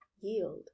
yield